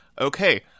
okay